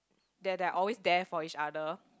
that they are always there for each other